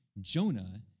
Jonah